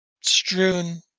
strewn